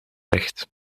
recht